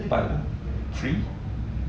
somebody check somebody bank